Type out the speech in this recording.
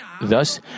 Thus